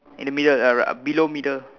in the middle uh below middle